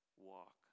walk